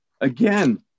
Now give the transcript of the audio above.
again